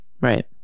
Right